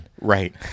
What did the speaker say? Right